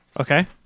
Okay